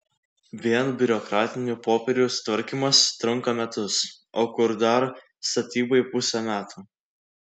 vien biurokratinių popierių sutvarkymas trunka metus o kur dar statybai pusė metų